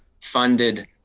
funded